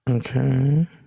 Okay